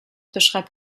beschreibt